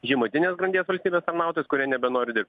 žemutinės grandies valstybės tarnautojais kurie nebenori dirbt